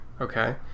Okay